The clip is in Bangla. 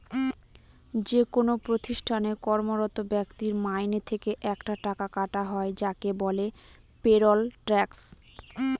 যেকোনো প্রতিষ্ঠানে কর্মরত ব্যক্তির মাইনে থেকে একটা টাকা কাটা হয় যাকে বলে পেরোল ট্যাক্স